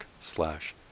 slash